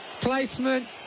Placement